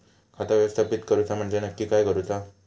खाता व्यवस्थापित करूचा म्हणजे नक्की काय करूचा?